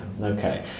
Okay